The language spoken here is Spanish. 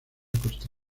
costa